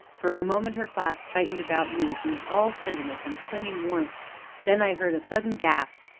for a moment her clasp tightened about me, she was all tenderness and clinging warmth then i heard a sudden gasp,